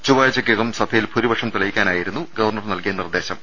ചൊവ്വാഴ്ച ക്കകം സഭയിൽ ഭൂരിപക്ഷം തെളിയിക്കാനായിരുന്നു ഗ്വർണർ നൽകിയ നിർദ്ദേശം